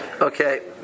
okay